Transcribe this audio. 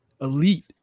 elite